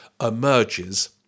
emerges